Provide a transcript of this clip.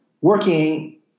working